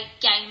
game